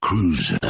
Cruise